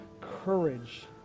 Courage